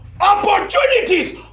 Opportunities